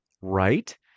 right